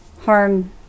harm